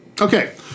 Okay